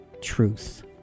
truth